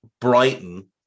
Brighton